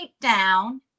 down